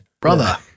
Brother